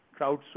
crowdsourcing